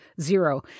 Zero